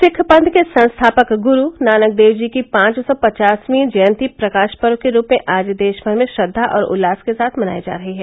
सिख पंथ के संस्थापक गुरु नानक देव जी की पांच सौ पचासवीं जयंती प्रकाश पर्व के रूप में आज देश भर में श्रद्वा और उल्लास के साथ मनायी जा रही है